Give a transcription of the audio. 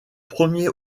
premier